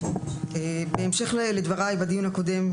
בהמשך לדבריי בדיון הקודם,